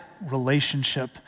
relationship